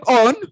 on